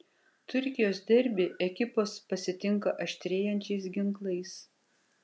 turkijos derbį ekipos pasitinka aštrėjančiais ginklais